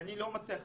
אני לא מבין,